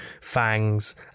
fangs